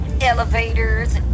Elevators